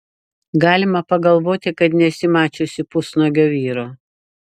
galima pagalvoti kad nesi mačiusi pusnuogio vyro